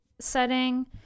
setting